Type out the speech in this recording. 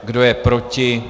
Kdo je proti?